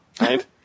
Right